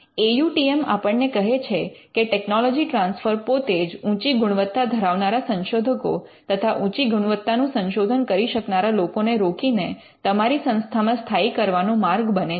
એ U T M આપણને કહે છે કે ટેકનોલોજી ટ્રાન્સફર પોતે જ ઊંચી ગુણવત્તા ધરાવનારા સંશોધકો તથા ઊંચી ગુણવત્તાનું સંશોધન કરી શકનારા લોકો ને રોકીને તમારી સંસ્થામા સ્થાયી કરવાનો માર્ગ બને છે